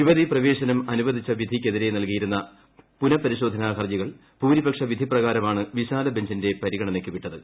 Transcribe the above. യുവതീപ്രവേശനം അനുവദിച്ച പ്പിധ്പിയ്ക്കെതിരെ നൽകിയിരുന്ന പുനപരിശോധനാ ഹർജികൾ ഭൂര്യപ്പക്ഷ് വിധി പ്രകാരമാണ് വിശാല ബഞ്ചിന്റെ പരിഗണനയ്ക്ക് വിട്ട്ത്